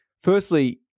firstly